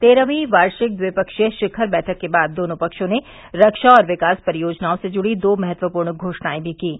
तेरहवीं वार्षिक द्विफ्कीय शिखर बैठक के बाद दोनों फक्रों ने रक्षा और विकास परियोजनाओं से जुड़ी दो महत्वपूर्ण घोषणाएं भी कीं